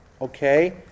okay